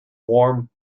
warm